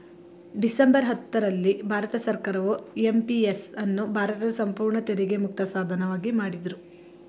December ಹತ್ತು ರಲ್ಲಿ ಭಾರತ ಸರ್ಕಾರವು ಎಂ.ಪಿ.ಎಸ್ ಅನ್ನು ಭಾರತದ ಸಂಪೂರ್ಣ ತೆರಿಗೆ ಮುಕ್ತ ಸಾಧನವಾಗಿ ಮಾಡಿದ್ರು